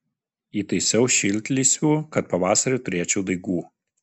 įtaisiau šiltlysvių kad pavasarį turėčiau daigų